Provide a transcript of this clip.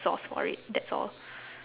sauce for it that's all